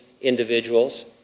individuals